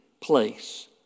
place